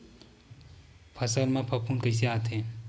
फसल मा फफूंद कइसे आथे?